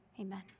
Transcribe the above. Amen